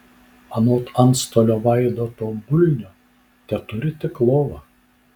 anot antstolio vaidoto bulnio teturi tik lovą